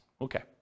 Okay